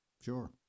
Sure